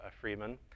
freeman